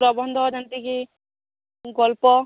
ପ୍ରବନ୍ଧ ଯେମିତିକି ଗଳ୍ପ